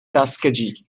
tuskegee